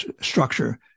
structure